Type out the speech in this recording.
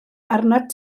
arnat